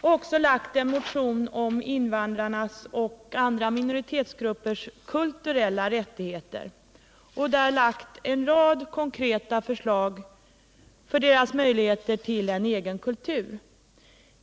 också väckt en motion om invandrarnas och andra minoritetsgruppers kulturella rättigheter och där lagt en rad konkreta förslag beträffande deras möjligheter till en egen kultur.